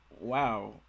wow